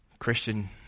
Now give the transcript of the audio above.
Christian